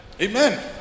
Amen